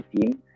team